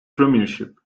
premiership